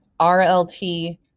RLT